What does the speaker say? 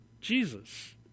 Jesus